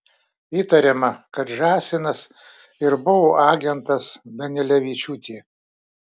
įtariama kad žąsinas ir buvo agentas danilevičiūtė